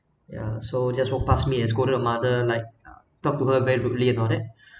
ya so just walk past me and scolded her mother like talk to her very rudely about that